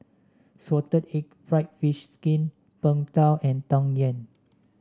Salted Egg fried fish skin Png Tao and Tang Yuen